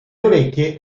orecchie